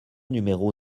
numéro